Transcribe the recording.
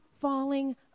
falling